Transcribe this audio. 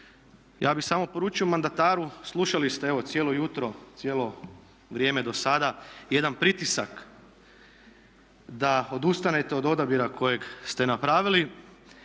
Ja bih samo poručio mandataru slušali ste evo cijelo jutro, cijelo vrijeme do sada jedan pritisak da odustanete od odabira kojeg ste napravili